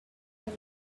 from